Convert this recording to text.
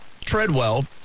Treadwell